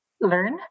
learn